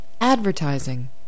Advertising